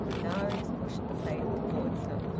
darius pushed the plate towards her.